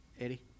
Eddie